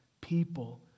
people